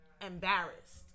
embarrassed